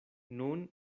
nun